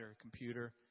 computer